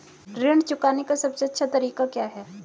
ऋण चुकाने का सबसे अच्छा तरीका क्या है?